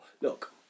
Look